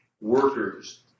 Workers